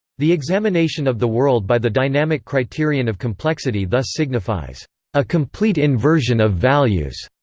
the examination of the world by the dynamic criterion of complexity thus signifies a complete inversion of values.